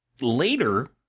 later